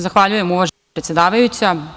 Zahvaljujem uvažena predsedavajuća.